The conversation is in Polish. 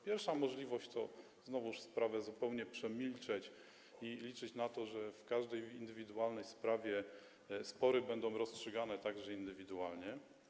Pierwsza możliwość to znowuż sprawę zupełnie przemilczeć i liczyć na to, że w każdej indywidualnej sprawie spory będą rozstrzygane indywidualnie.